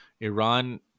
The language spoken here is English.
Iran